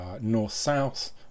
North-South